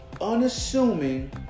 unassuming